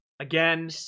Again